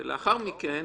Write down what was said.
ולאחר מכן